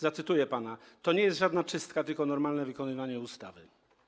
Zacytuję pana: to nie jest żadna czystka, tylko normalne wykonywanie ustawy.